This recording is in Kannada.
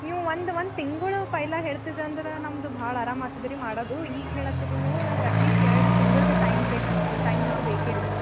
ನೀವು ಒಂದು ಒಂದು ತಿಂಗಳು ಪೈಲ ಹೇಳ್ತಿದ್ರ್ ಅಂದ್ರೆ ನಮ್ಮದು ಭಾಳ ಅರಾಮ ಆಗ್ತದ್ ರೀ ಮಾಡೋದು ಈಗ ಹೇಳುತ್ತೀರಿ ನೀವು ನನಗೆ ಅಟ್ಲೀಸ್ಟ್ ಎರಡು ತಿಂಗಳ್ದು ಟೈಮ್ ಬೇಕಂತ ಟೈಮಂತು ಬೇಕು ರೀ